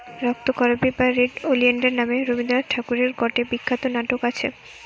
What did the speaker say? রক্তকরবী বা red oleander নামে রবীন্দ্রনাথ ঠাকুরের গটে বিখ্যাত নাটক আছে